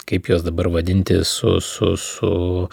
kaip juos dabar vadinti su su